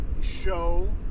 show